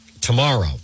tomorrow